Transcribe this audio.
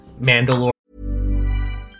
Mandalore